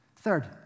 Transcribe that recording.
Third